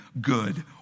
good